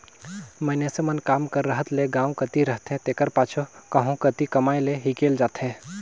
मइनसे मन काम कर रहत ले गाँव कती रहथें तेकर पाछू कहों कती कमाए लें हिंकेल जाथें